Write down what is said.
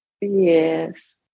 Yes